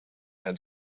had